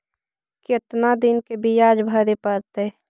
कितना दिन बियाज भरे परतैय?